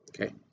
Okay